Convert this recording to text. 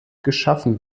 geschaffen